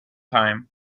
time